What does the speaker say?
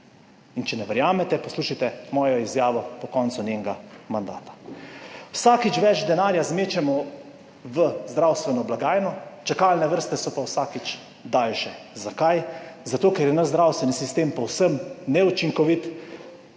če ne verjamete, poslušajte mojo izjavo po koncu njenega mandata. Vsakič več denarja zmečemo v zdravstveno blagajno, čakalne vrste so pa vsakič daljše. Zakaj? Zato, ker je naš zdravstveni sistem povsem neučinkovit